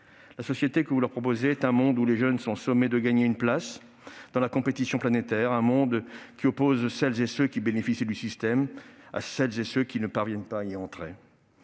La société que vous leur proposez est un monde où les jeunes sont sommés de gagner une place dans la compétition planétaire, un monde qui oppose celles et ceux qui bénéficient du système à celles et ceux qui ne parviennent pas à y entrer.